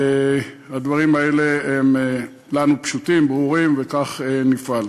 הדברים האלה הם פשוטים וברורים לנו, וכך נפעל.